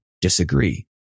disagree